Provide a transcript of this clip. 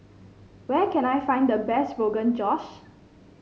where can I find the best Rogan Josh